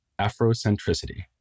Afrocentricity